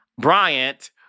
Bryant